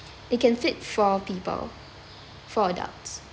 it can fit four people four adults